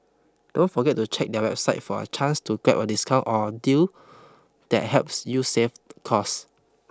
don't forget to check their website for a chance to grab a discount or deal that helps you save cost